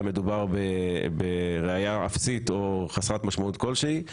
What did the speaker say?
מדובר בראיה אפסית או חסרת משמעות כלשהי,